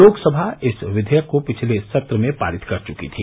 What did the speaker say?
लोकसभा इस विधेयक को पिछले सत्र में पारित कर चुकी थी